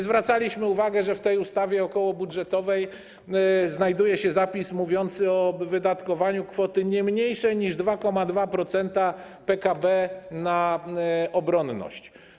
Zwracaliśmy uwagę, że w ustawie okołobudżetowej znajduje się zapis mówiący o wydatkowaniu kwoty nie mniejszej niż 2,2% PKB na obronność.